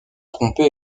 tromper